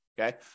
Okay